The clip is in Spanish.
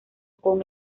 con